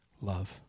Love